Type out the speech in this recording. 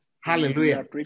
Hallelujah